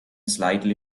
slightly